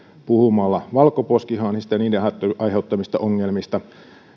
puhumalla valkoposkihanhista niiden aiheuttamista ongelmista